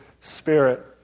Spirit